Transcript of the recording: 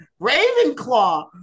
Ravenclaw